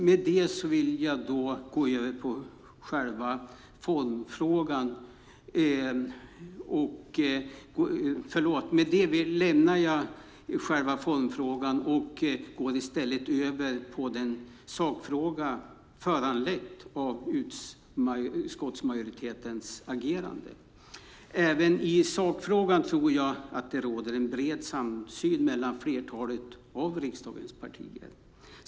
Med det lämnar jag själva formfrågan och går över på den sakfråga som föranletts av utskottsmajoritetens agerande. Även i sakfrågan tror jag att det råder en bred samsyn mellan flertalet av riksdagens partier.